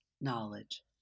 knowledge